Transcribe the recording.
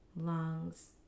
lungs